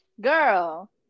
Girl